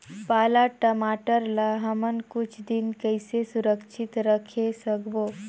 पाला टमाटर ला हमन कुछ दिन कइसे सुरक्षित रखे सकबो?